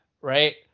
right